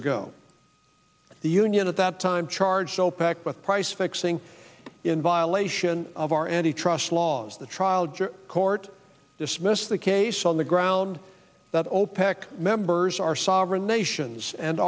ago the union at that time charged so packed with price fixing in violation of our antitrust laws the trial judge court dismissed the case on the ground that opec members are sovereign nations and